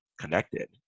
connected